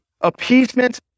appeasement